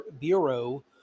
Bureau